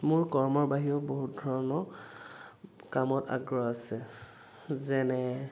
মোৰ কৰ্মৰ বাহিৰেও বহুত ধৰণৰ কামত আগ্ৰহ আছে যেনে